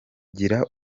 gira